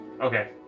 Okay